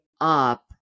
up